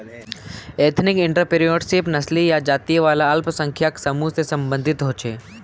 ethnic entrepreneurship नस्ली या जाती वाला अल्पसंख्यक समूह से सम्बंधित होछे